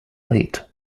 lit